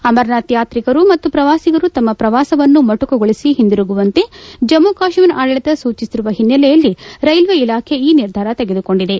ಅಮರನಾಥ್ ಯಾತ್ರಿಕರು ಮತ್ತು ಪ್ರವಾಸಿಗರು ತಮ್ಮ ಪ್ರವಾಸವನ್ನು ಮೊಟಕುಗೊಳಿಸಿ ಹಿಂತಿರುಗುವಂತೆ ಜಮ್ಮು ಕಾಶ್ಮೀರ ಆಡಳಿತ ಸೂಚಿಸಿರುವ ಹಿನ್ನೆಲೆಯಲ್ಲಿ ರೈಲ್ವೆ ಇಲಾಖೆ ಈ ನಿರ್ಧಾರ ತೆಗೆದುಕೊಂಡಿದೆ